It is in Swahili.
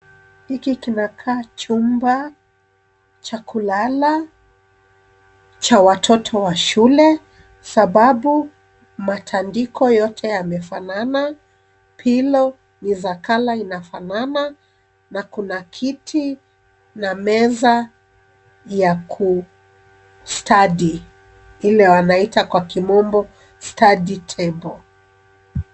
Hiki kinakaa chumba cha kulala cha watoto wa shule sababu matandiko yote yamefanana, pillow ni za colour inafanana na kuna kiti na meza ya kustadi, ile wanaita kwa kimombo study table .